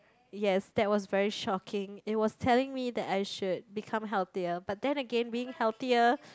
yes that was very shocking it was telling me that I should become healthier but then again being healthier